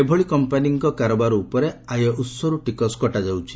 ଏଭଳି କମ୍ପାନୀଙ୍କ କାରବାର ଉପରେ ଆୟଉଚ୍ଚରୁ ଟିକସ କଟା ଯାଉଛି